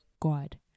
God